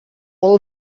all